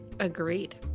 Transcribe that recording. Agreed